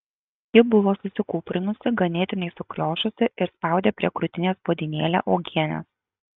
ji buvo susikūprinusi ganėtinai sukriošusi ir spaudė prie krūtinės puodynėlę uogienės